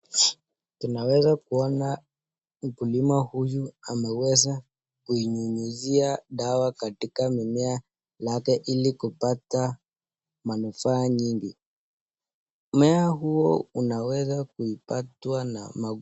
Tunaweza kuona mkulima huyu ameweza kuinyunyizia dawa katika mimea yake ili kupata manufaa nyingi. Mmea huo unaweza kupatwa na...